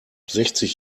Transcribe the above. sechzig